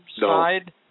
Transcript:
side